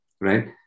right